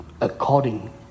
according